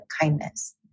kindness